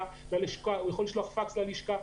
לשלוח פקס ללשכה,